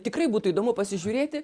tikrai būtų įdomu pasižiūrėti